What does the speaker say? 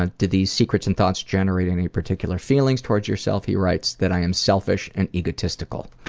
ah do these secrets and thoughts generate any particular feelings towards yourself? he writes, that i am selfish and egotistical.